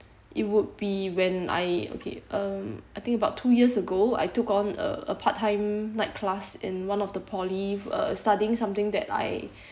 it would be when I okay um I think about two years ago I took on a part time night class in one of the poly uh studying something that I